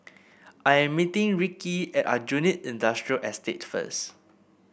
I'm meeting Rikki at Aljunied Industrial Estate first